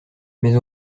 mais